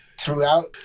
throughout